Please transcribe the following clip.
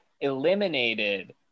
eliminated